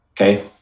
Okay